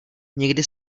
nikdy